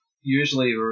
usually